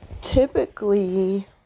typically